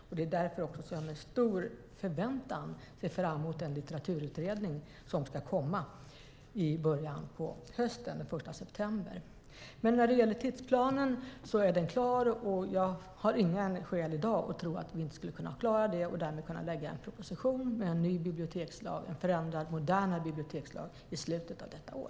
Det är också därför jag med stor förväntan ser fram emot den litteraturutredning som ska komma i början av hösten, den 1 september. När det gäller tidsplanen är den dock klar, och jag har i dag inga skäl att tro att vi inte skulle klara den och därmed lägga fram en proposition om en förändrad, modernare bibliotekslag i slutet av detta år.